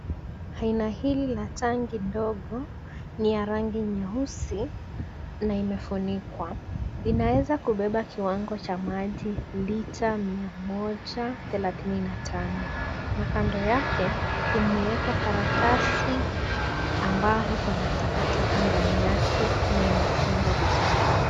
Aina hili la tanki ndogo ni ya rangi nyeusi na imefunikwa. Inaeza kubeba kiwango cha maji litre mia moja thelathini na tano na kando yake, kumeekwa karatasi ambayo iko na takataka ndani yake na imefungwa vizuri.